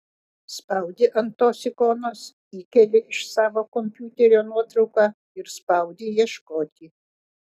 spaudi ant tos ikonos įkeli iš savo kompiuterio nuotrauką ir spaudi ieškoti